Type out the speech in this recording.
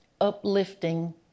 uplifting